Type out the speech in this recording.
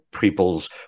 people's